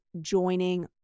joining